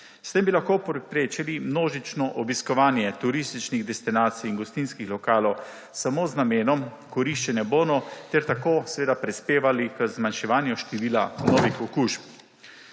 S tem bi lahko preprečili množično obiskovanje turističnih destinacij in gostinskih lokalov samo z namenom koriščenja bonov ter tako seveda prispevali k zmanjševanju števila novih okužb.